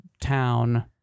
town